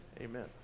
Amen